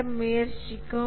பெற முயற்சிக்கும்